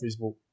Facebook